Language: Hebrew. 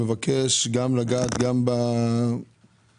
אני מבקש לגעת גם במקור,